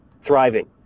thriving